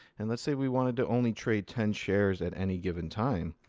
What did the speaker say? and let's say we wanted to only trade ten shares at any given time.